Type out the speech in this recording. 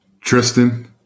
Tristan